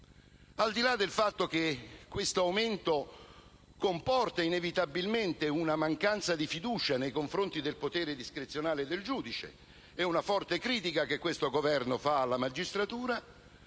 al di là del fatto che questo aumento comporta inevitabilmente una mancanza di fiducia nei confronti del potere discrezionale del giudice - è una forte critica che questo Governo fa alla magistratura